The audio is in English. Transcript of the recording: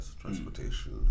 transportation